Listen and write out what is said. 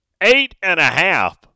Eight-and-a-half